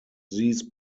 these